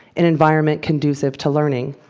an environment conducive to learning.